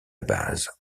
base